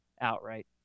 outright